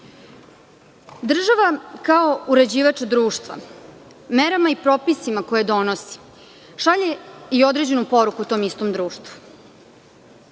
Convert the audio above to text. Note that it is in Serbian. kao uređivač društva merama i propisima koje donosi šalje i određenu poruku tom istom društvu.